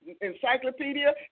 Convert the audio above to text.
encyclopedia